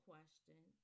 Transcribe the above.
question